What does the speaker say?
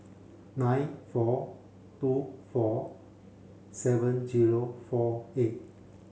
nine four two four seven headquarters four eight